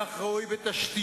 כך ראוי בתשתיות,